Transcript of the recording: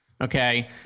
Okay